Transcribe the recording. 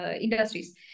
industries